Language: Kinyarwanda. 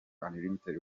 unlimited